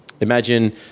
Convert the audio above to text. imagine